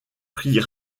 prit